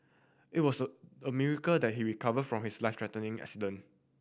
it was a miracle that he recovered from his life threatening accident